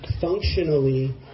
functionally